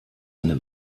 eine